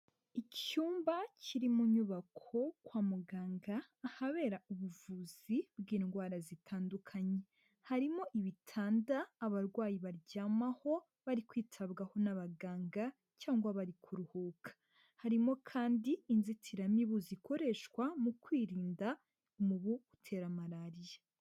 Icyumba kiri mu nyubako kwa muganga, ahabera ubuvuzi bw'indwara zitandukanye. Harimo ibitanda abarwayi baryamaho bari kwitabwaho n'abaganga, cyangwa bari kuruhuka. Harimo kandi inzitiramibu zikoreshwa mu kwirinda umubu utera malariya.